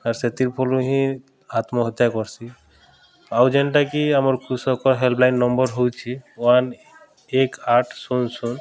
ଆର୍ ସେଥିର୍ ପର୍ରୁ ହିଁ ଆତ୍ମହତ୍ୟା କର୍ସି ଆଉ ଯେନ୍ଟାକି ଆମର୍ କୃଷକର ହେଲ୍ପଲାଇନ୍ ନମ୍ବର୍ ହେଉଛେ ୱାନ୍ ଏକ୍ ଆଠ୍ ଶୂନ୍ ଶୂନ୍